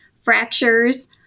fractures